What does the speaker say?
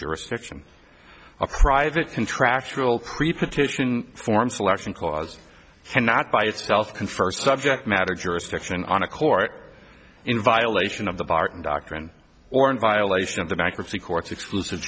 jurisdiction or private contractual pre partition form selection clause cannot by itself confer subject matter jurisdiction on a court in violation of the barton doctrine or in violation of the bankruptcy courts exclusive